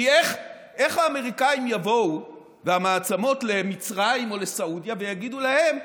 כי איך האמריקנים והמעצמות יבואו למצרים או לסעודיה ויגידו להן: